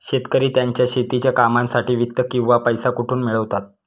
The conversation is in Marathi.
शेतकरी त्यांच्या शेतीच्या कामांसाठी वित्त किंवा पैसा कुठून मिळवतात?